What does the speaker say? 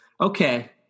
Okay